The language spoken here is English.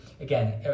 again